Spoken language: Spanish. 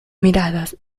miradas